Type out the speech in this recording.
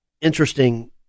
interesting